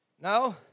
No